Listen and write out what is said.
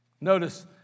Notice